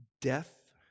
Death